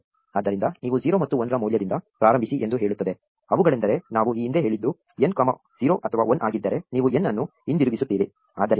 ಆದ್ದರಿಂದ ನೀವು 0 ಮತ್ತು 1 ರ ಮೌಲ್ಯದಿಂದ ಪ್ರಾರಂಭಿಸಿ ಎಂದು ಹೇಳುತ್ತದೆ ಅವುಗಳೆಂದರೆ ನಾವು ಈ ಹಿಂದೆ ಹೇಳಿದ್ದು n 0 ಅಥವಾ 1 ಆಗಿದ್ದರೆ ನೀವು n ಅನ್ನು ಹಿಂದಿರುಗಿಸುತ್ತೀರಿ